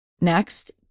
Next